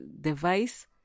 device